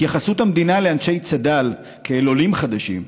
התייחסות המדינה לאנשי צד"ל כאל עולים חדשים,